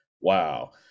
wow